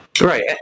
Right